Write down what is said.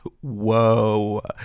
whoa